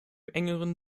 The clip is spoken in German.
engeren